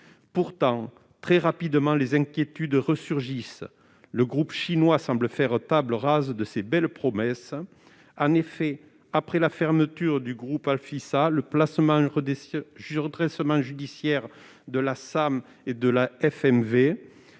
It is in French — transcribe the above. Pourtant, très rapidement, les inquiétudes ont resurgi : le groupe chinois semble faire table rase de ses belles promesses. En effet, après la fermeture du site d'Alfisa, le placement en redressement judiciaire de la SAM et de la FVM,